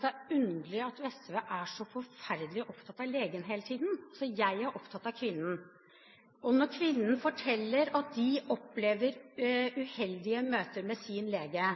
det er underlig at SV er så forferdelig opptatt av legen hele tiden. Jeg er opptatt av kvinnen, og når kvinnen forteller at de opplever uheldige møter med sin lege,